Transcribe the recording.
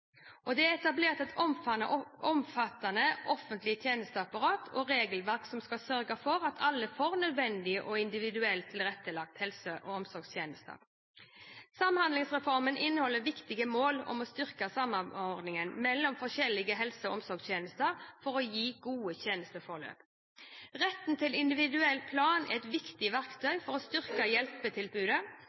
omsorgstjenester. Det er etablert et omfattende offentlig tjenesteapparat og regelverk som skal sørge for at alle får nødvendige og individuelt tilrettelagte helse- og omsorgstjenester. Samhandlingsreformen inneholder viktige mål om å styrke samordningen mellom forskjellige helse- og omsorgstjenester for å gi gode tjenesteforløp. Retten til individuell plan er et viktig verktøy for å styrke hjelpetilbudet